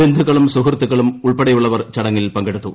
ബന്ധുക്കളും സുഹൃത്തുക്കളും ഉൾപ്പെടെയുള്ളവർ ചടങ്ങിൽ പങ്കെടുത്തു